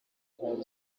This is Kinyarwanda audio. hari